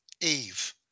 Eve